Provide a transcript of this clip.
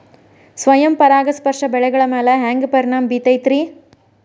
ಸ್ವಯಂ ಪರಾಗಸ್ಪರ್ಶ ಬೆಳೆಗಳ ಮ್ಯಾಲ ಹ್ಯಾಂಗ ಪರಿಣಾಮ ಬಿರ್ತೈತ್ರಿ?